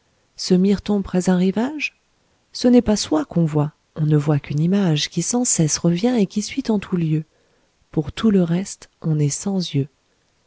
se mire-t-on près d'un rivage ce n'est pas soi qu'on voit on ne voit qu'une image qui sans cesse revient et qui suit en tous lieux pour tout le reste on est sans yeux